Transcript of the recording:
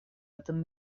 этом